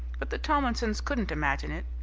but the tomlinsons couldn't imagine it,